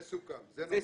זה סוכם, זה נכון.